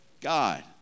God